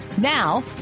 Now